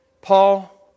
Paul